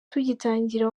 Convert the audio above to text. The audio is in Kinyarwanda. tugitangira